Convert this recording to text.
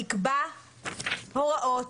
יקבע הוראות,